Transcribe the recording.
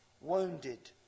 Wounded